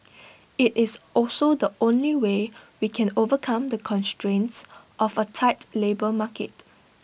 IT is also the only way we can overcome the constraints of A tight labour market